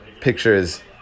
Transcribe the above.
Pictures